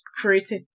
creating